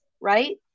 Right